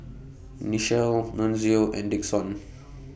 Nichelle Nunzio and Dixon